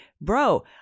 bro